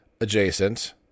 adjacent